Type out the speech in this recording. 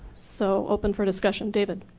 so open for discussion, david.